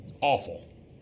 awful